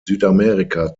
südamerika